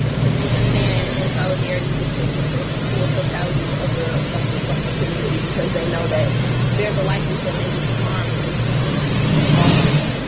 to to stand in solidarity with the with the full totality of the of the fucking community. because they know that there's a likelihood they will be harmed and in these in these moments.